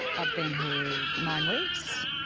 i've been here nine weeks,